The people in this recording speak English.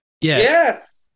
Yes